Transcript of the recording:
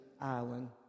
island